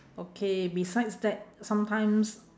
okay besides that sometimes